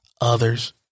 others